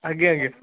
ଆଜ୍ଞା ଆଜ୍ଞା